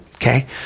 Okay